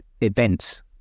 events